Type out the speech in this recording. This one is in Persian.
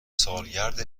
سالگرد